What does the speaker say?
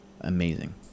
amazing